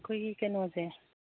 ꯑꯩꯈꯣꯏꯒꯤ ꯀꯩꯅꯣꯁꯦ